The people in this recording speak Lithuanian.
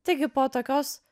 taigi po tokios